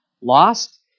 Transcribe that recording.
lost